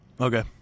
Okay